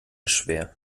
schwer